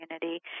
community